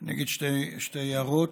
אני אגיד שתי הערות: